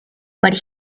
but